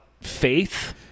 faith